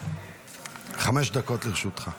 חמש דקות לרשותך.